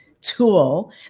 tool